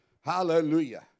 Hallelujah